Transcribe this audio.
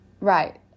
Right